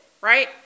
right